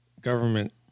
government